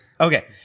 Okay